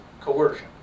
coercion